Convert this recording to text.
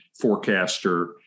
forecaster